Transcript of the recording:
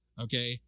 Okay